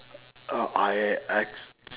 oh I I